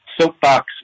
soapbox